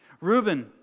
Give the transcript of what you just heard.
Reuben